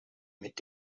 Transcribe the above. mit